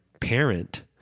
parent